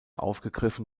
aufgegriffen